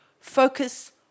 focus